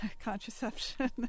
contraception